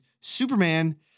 Superman